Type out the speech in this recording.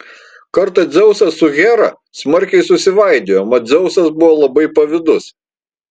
kartą dzeusas su hera smarkiai susivaidijo mat dzeusas buvo labai pavydus